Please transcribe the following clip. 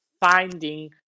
finding